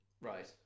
Right